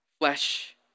flesh